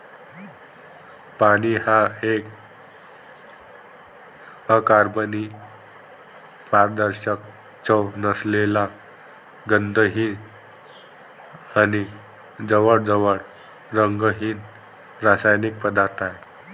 पाणी हा एक अकार्बनी, पारदर्शक, चव नसलेला, गंधहीन आणि जवळजवळ रंगहीन रासायनिक पदार्थ आहे